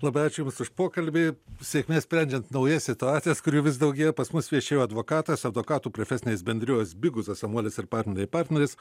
labai ačiū jums už pokalbį sėkmės sprendžiant naujas situacijas kurių vis daugėja pas mus viešėjo advokatas advokatų profesinės bendrijos biguzas samuolis ir partneriai partneris